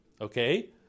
Okay